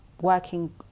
working